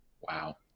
Wow